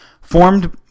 Formed